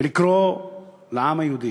לקרוא לעם היהודי